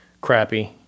crappy